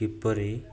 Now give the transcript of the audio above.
କିପରି